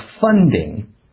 funding